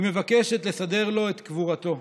היא מבקשת לסדר לו את קבורתו.